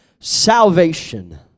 Salvation